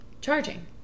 charging